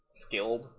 skilled